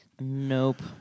Nope